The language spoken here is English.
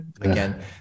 again